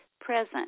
present